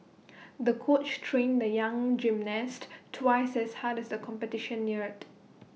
the coach trained the young gymnast twice as hard as competition neared